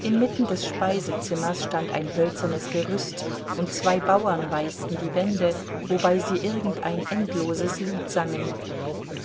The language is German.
inmitten des speisezimmers stand ein hölzernes gerüst und zwei bauern weißten die wände wobei sie irgendein endloses lied sangen